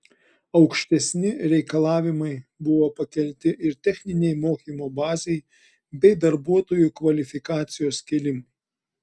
aukštesni reikalavimai buvo pakelti ir techninei mokymo bazei bei darbuotojų kvalifikacijos kėlimui